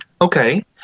Okay